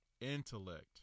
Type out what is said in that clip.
intellect